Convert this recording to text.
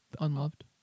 unloved